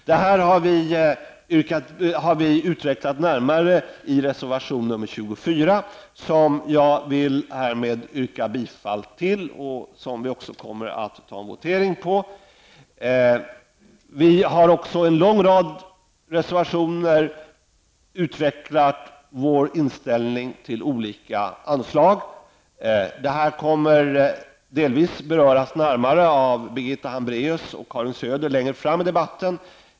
Detta har vi utvecklat närmare i reservation 24, som jag härmed yrkar bifall till och som jag också kommer att begära votering om. Vi i centerpartiet har också i en lång rad reservationer utvecklat vår inställning till olika anslag. Detta kommer delvis att längre fram i debatten närmare beröras av Birgitta Hambraeus och Karin Söder.